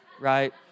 right